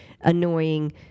annoying